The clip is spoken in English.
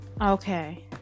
Okay